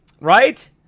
Right